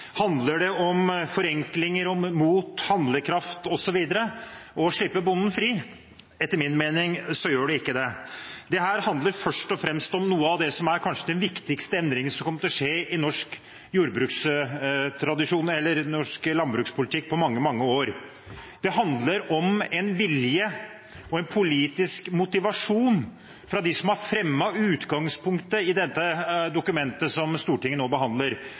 Handler det om forenklinger, om mot og handlekraft osv., og om å slippe bonden fri? Etter min mening gjør det ikke det. Dette handler først og fremst om det som kanskje er de viktigste endringer som kommer til å skje i norsk landbrukspolitikk på mange, mange år, det handler om en vilje og en politisk motivasjon fra dem som har fremmet utgangpunktet i dette dokumentet som Stortinget nå behandler,